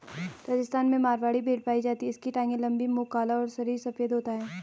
राजस्थान में मारवाड़ी भेड़ पाई जाती है इसकी टांगे लंबी, मुंह काला और शरीर सफेद होता है